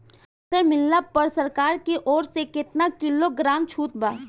Tractor लिहला पर सरकार की ओर से केतना किलोग्राम छूट बा?